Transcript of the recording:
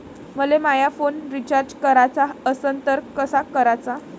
मले माया phone recharge कराचा असन तर कसा कराचा?